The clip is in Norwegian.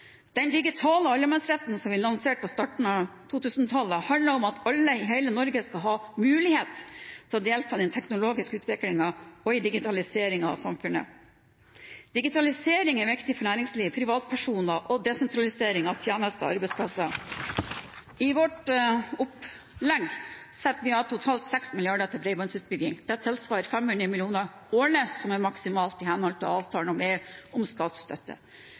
Den digitale allemannsretten som vi lanserte på starten av 2000-tallet, handler om at alle i hele Norge skal ha mulighet til å delta i den teknologiske utviklingen og i digitaliseringen av samfunnet. Digitalisering er viktig for næringsliv, privatpersoner og desentralisering av tjenester og arbeidsplasser. I vårt opplegg setter vi av totalt 6 mrd. kr til bredbåndsutbygging. Det tilsvarer 500 mill. kr årlig, som er maksimalt i henhold til avtalen med EU om statsstøtte.